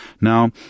Now